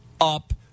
up